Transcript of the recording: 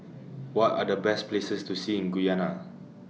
What Are The Best Places to See in Guyana